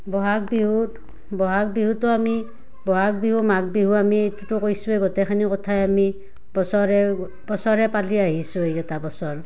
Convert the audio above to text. বহাগ বিহুত বহাগ বিহুতো আমি বহাগ বিহু মাঘ বিহু আমি এইটোতো কৈছোঁৱেই গোটেইখিনি কথাই আমি বছৰে বছৰে পালি আহিছোঁ এইকেইটা বছৰ